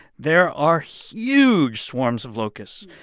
there are huge swarms of locusts.